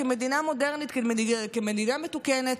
כמדינה מודרנית, כמדינה מתוקנת,